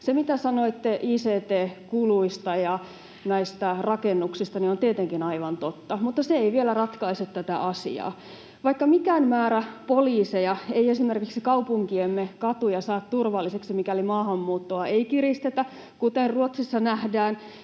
Se, mitä sanoitte ict-kuluista ja näistä rakennuksista, on tietenkin aivan totta, mutta se ei vielä ratkaise tätä asiaa. Vaikka mikään määrä poliiseja ei esimerkiksi kaupunkiemme katuja saa turvalliseksi, mikäli maahanmuuttoa ei kiristetä, kuten Ruotsissa nähdään,